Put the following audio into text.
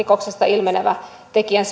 ilmenevä tekijän